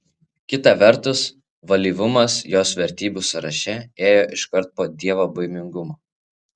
kita vertus valyvumas jos vertybių sąraše ėjo iškart po dievobaimingumo